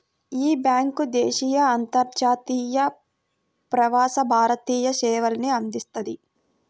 యీ బ్యేంకు దేశీయ, అంతర్జాతీయ, ప్రవాస భారతీయ సేవల్ని అందిస్తది